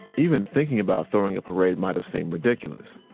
even thinking about throwing a parade might have seemed ridiculous.